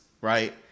right